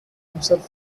himself